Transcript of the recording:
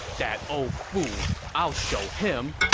that old fool. i'll show him!